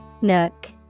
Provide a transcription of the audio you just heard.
Nook